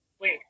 wait